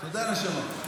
תודה, נשמה.